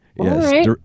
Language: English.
Yes